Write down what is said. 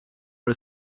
her